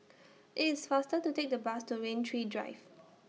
IT IS faster to Take The Bus to Rain Tree Drive